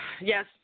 Yes